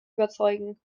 überzeugen